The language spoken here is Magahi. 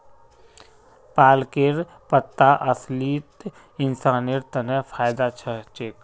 पालकेर पत्ता असलित इंसानेर तन फायदा ह छेक